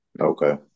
Okay